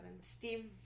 Steve